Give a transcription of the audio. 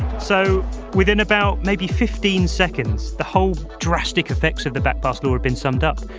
so within about, maybe, fifteen seconds, the whole drastic effects of the backpass law had been summed up.